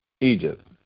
Egypt